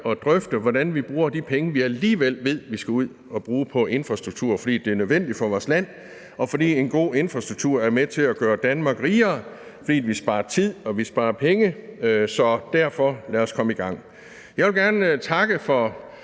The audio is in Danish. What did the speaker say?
at drøfte, hvordan vi bruger de penge, som vi alligevel ved vi skal ud at bruge på infrastruktur, fordi det er nødvendigt for vores land, og fordi en god infrastruktur er med til at gøre Danmark rigere, fordi vi sparer tid og vi sparer penge? Så derfor, lad os komme i gang. Jeg vil gerne takke for